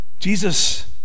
Jesus